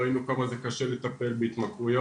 ראינו כמה זה קשה לטפל בהתמכרויות.